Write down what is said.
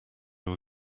were